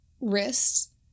wrists